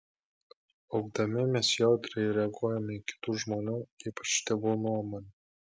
augdami mes jautriai reaguojame į kitų žmonių ypač tėvų nuomonę